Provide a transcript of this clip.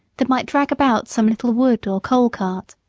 that might drag about some little wood or coal cart.